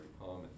common